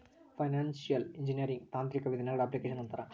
financial engineering ತಾಂತ್ರಿಕ ವಿಧಾನಗಳ application ಅಂತಾರ